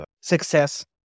success